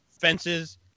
Fences